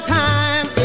time